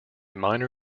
minor